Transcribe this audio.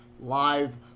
live